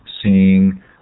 seeing